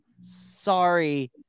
Sorry